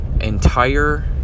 entire